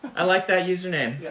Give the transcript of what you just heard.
i like that username.